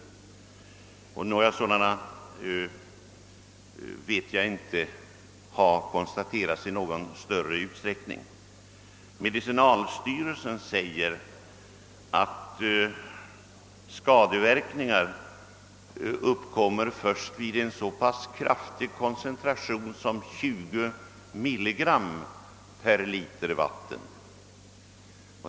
Några sådana skador har inte konstaterats, såvitt jag vet. Socialstyrelsen säger att skadeverkningar uppkommer först vid så kraftig koncentration som 20 mg per liter vatten.